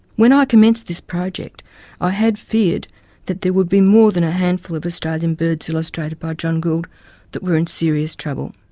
when ah i commenced this project i had feared that there would be more than a handful of australian birds illustrated by john gould that were in serious trouble.